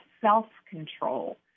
self-control